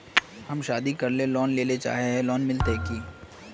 हम शादी करले लोन लेले चाहे है लोन मिलते की?